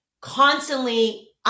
constantly